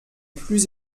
plus